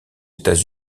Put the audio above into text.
états